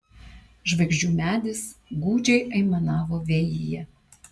žvaigždžių medis gūdžiai aimanavo vėjyje